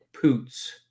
Poots